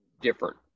different